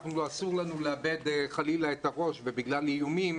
אסור לנו לאבד חלילה את הראש ובגלל איומים